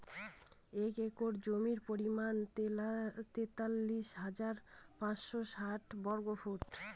এক একর জমির পরিমাণ তেতাল্লিশ হাজার পাঁচশ ষাট বর্গফুট